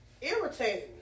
Irritating